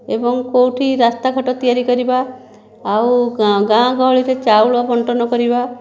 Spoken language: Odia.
ଏବଂ କେଉଁଠି ରାସ୍ତାଘାଟ ତିଆରି କରିବା ଆଉ ଗାଁ ଗହଳିରେ ଚାଉଳ ବଣ୍ଟନ କରିବା